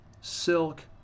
silk